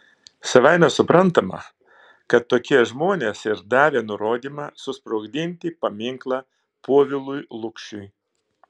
savaime suprantama kad tokie žmonės ir davė nurodymą susprogdinti paminklą povilui lukšiui